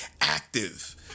active